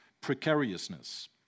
precariousness